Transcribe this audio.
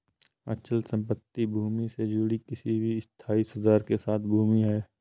अचल संपत्ति भूमि से जुड़ी किसी भी स्थायी सुधार के साथ भूमि है